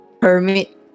permit